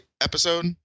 episode